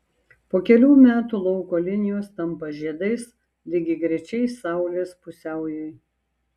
po kelių metų lauko linijos tampa žiedais lygiagrečiais saulės pusiaujui